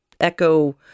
echo